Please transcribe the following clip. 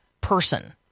person